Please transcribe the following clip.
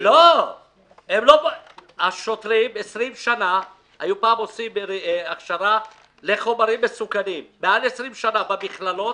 פעם השוטרים היו עושים הכשרה לחומרים מסוכנים במכללות.